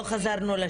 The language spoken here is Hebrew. עדיין לא.